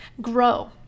grow